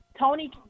Tony